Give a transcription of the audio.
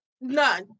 None